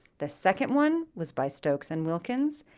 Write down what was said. the second one was by stokes and wilkins.